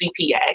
CPA